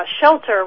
shelter